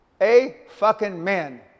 A-fucking-man